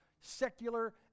secular